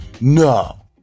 no